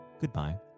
goodbye